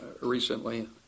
recently